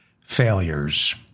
failures